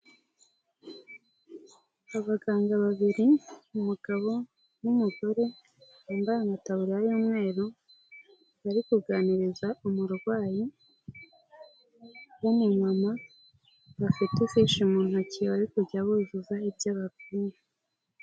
Abaganga babiri umugabo n'umugore, bambaye amataburiya y'umweru bari kuganiriza umurwayi w'umumama, bafite ifishe mu ntoki, bari kujya buzuzaho ibyo ababwiye.